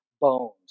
bones